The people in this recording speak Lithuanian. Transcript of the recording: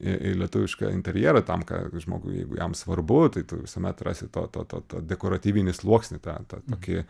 į į lietuvišką interjerą tam ką žmogui jeigu jam svarbu tai tu visuomet rasi to to to to dekoratyvinį sluoksnį ten tą tokį